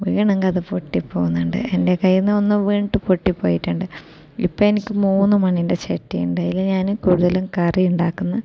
വീണെങ്കിൽ അത് പൊട്ടി പോവുന്നുണ്ട് എൻ്റെ കൈയിൽ നിന്ന് ഒന്ന് വീണിട്ട് പൊട്ടി പോയിട്ടുണ്ട് ഇപ്പം എനിക്ക് മൂന്ന് മണ്ണിൻ്റെ ചട്ടിയുണ്ട് അതിൽ ഞാൻ കൂടുതലും കറി ഉണ്ടാക്കുന്നു